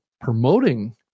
promoting